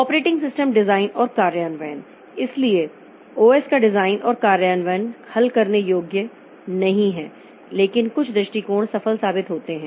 operating system design और कार्यान्वयन इसलिए OS का डिज़ाइन और कार्यान्वयन हल करने योग्य नहीं है लेकिन कुछ दृष्टिकोण सफल साबित होते हैं